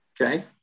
Okay